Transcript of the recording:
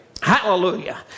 hallelujah